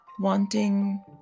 wanting